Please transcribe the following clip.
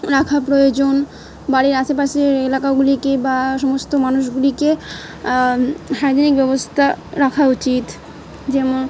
রাখা প্রয়োজন বাড়ির আশেপাশের এলাকাগুলিকে বা সমস্ত মানুষগুলিকে হাইজেনিক ব্যবস্থা রাখা উচিত যেমন